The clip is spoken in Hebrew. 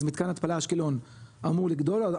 אז מתקן התפלה אשקלון אמור לגדול.